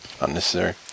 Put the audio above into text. Unnecessary